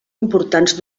importants